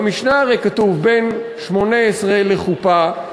במשנה הרי כתוב: בן שמונה-עשרה לחופה.